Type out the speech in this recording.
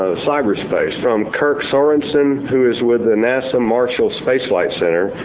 cyberspace, from kirk sorensen, who is with the nasa marshall space flight center.